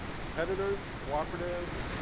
competitors, cooperative,